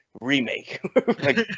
remake